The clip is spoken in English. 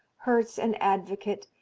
herz an advocate,